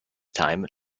time